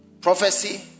prophecy